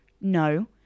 no